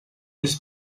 des